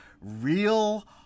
Real